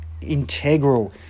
integral